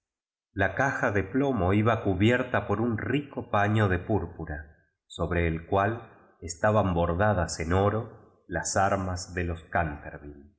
la caja de plomo iba cubierta por un rico año de púrpura sobre el cual estaban bor dadas en oro las armas de los